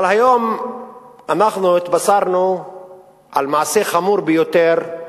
אבל היום התבשרנו על מעשה חמור ביותר,